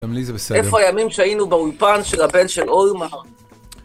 איפה הימים שהיינו באולפן של הבן של אולמרט?